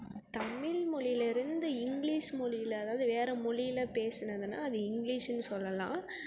தமிழ் மொழில இருந்து இங்கிலீஷ் மொழியில அதாவது வேறு மொழில பேசினதுனா அது இங்கிலீஷ்ன்னு சொல்லலாம்